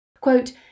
Quote